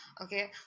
okay